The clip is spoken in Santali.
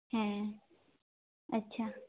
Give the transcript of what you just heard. ᱦᱮᱸ ᱟᱪᱪᱷᱟ